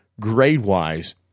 grade-wise